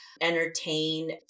entertain